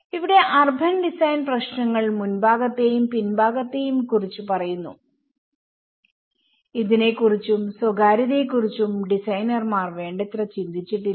ഇവിടെ urban design പ്രശ്നങ്ങൾ മുൻഭാഗത്തെയും പിൻഭാഗത്തെയും കുറിച്ച് പറയുന്നുഇതിനെ കുറിച്ചുംസ്വകാര്യതയെക്കുറിച്ചും ഡിസൈനർമാർ വേണ്ടത്ര ചിന്തിച്ചിട്ടില്ല